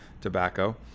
tobacco